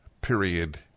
Period